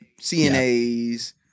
CNAs